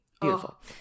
Beautiful